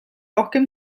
rohkem